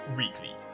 weekly